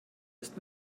ist